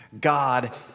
God